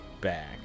back